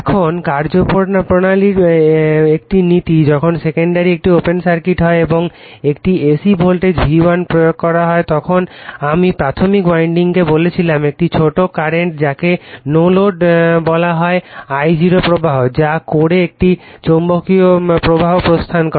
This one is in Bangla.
এখন কার্জপ্রণালীর একটি নীতি যখন সেকেন্ডারি একটি ওপেন সার্কিট হয় এবং একটি AC ভোল্টেজ V1 প্রয়োগ করা হয় তখন আমি প্রাথমিক উইন্ডিংকে বলেছিলাম একটি ছোট কারেন্ট যাকে নো লোড বলা হয় যা I0 প্রবাহ যা কোরে একটি চৌম্বকীয় প্রবাহ স্থাপন করে